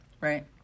Right